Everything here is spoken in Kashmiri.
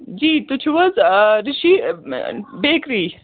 جی تُہۍ چھِو حظ آ رِشی بیکری